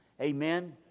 Amen